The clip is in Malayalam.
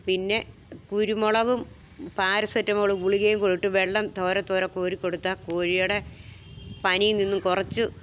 പിന്നെ കുരുമുളകും പാരസെറ്റമോളും ഗുളികയും കൂടെ ഇട്ട് വെള്ളം തോര തോര കോരിക്കൊടുത്താല് കോഴിയുടെ പനി നിന്നും കുറച്ച്